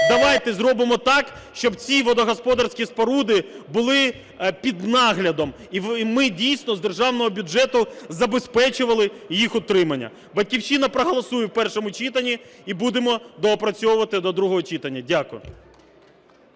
давайте зробимо так, щоб ці водогосподарські споруди були під наглядом і ми дійсно з державного бюджету забезпечували їх утримання. "Батьківщина" проголосує в першому читанні і будемо доопрацьовувати до другого читання. Дякую.